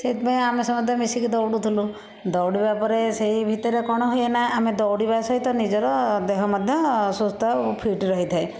ସେଥିପାଇଁ ଆମେ ସମସ୍ତେ ମିଶିକି ଦୌଡୁ ଥିଲୁ ଦୌଡ଼ିବା ପରେ ସେହି ଭିତରେ କ'ଣ ହୁଏ ନା ଆମେ ଦୌଡ଼ିବା ସହିତ ନିଜର ଦେହ ମଧ୍ୟ ସୁସ୍ତ ଆଉ ଫିଟ୍ ରହିଥାଏ